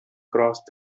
crossed